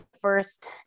first